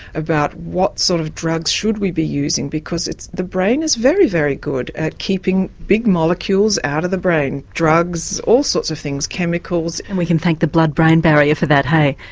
about what sort of drugs should we be using because the brain is very, very good at keeping big molecules out of the brain. drugs, all sorts of things, chemicals. and we can thank the blood brain barrier for that, hey.